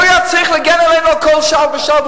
הוא היה צריך להגן עלינו על כל צעד ושעל,